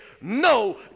no